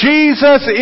Jesus